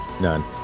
none